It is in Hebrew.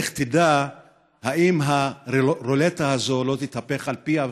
לך תדע אם הרולטה הזו לא תתהפך על פיה,